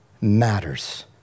matters